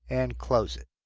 and close it.